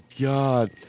God